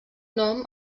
nom